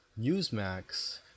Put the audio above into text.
newsmax